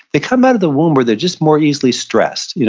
they come out of the womb where they're just more easily stressed. you know